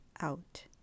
out